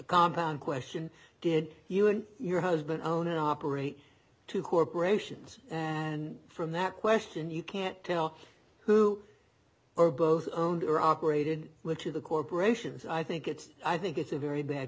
compound question did you and your husband own operate to corporations and from that question you can't tell who are both owned or operated which of the corporations i think it's i think it's a very bad